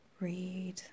read